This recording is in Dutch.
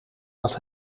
dat